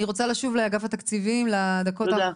אני רוצה לשוב לאגף התקציבים, לדקות האחרונות.